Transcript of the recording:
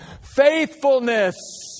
faithfulness